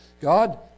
God